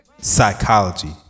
Psychology